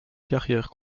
carrière